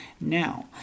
Now